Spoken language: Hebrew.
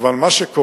אבל מה שקורה,